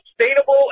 sustainable